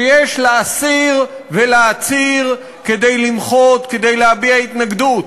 שיש לאסיר ולעציר כדי למחות, כדי להביע התנגדות.